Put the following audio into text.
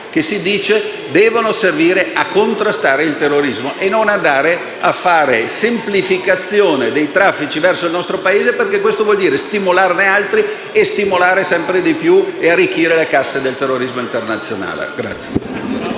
che queste missioni devono servire a contrastare il terrorismo e non a fare semplificazione dei traffici verso il nostro Paese, perché questo vuol dire stimolarne altri e sempre più e arricchire le casse del terrorismo internazionale.